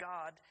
God